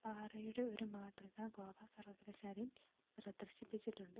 പാറയുടെ ഒരു മാതൃക ഗോവ സർവകലാശാലയിൽ പ്രദർശിപ്പിച്ചിട്ടുണ്ട്